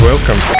Welcome